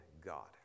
God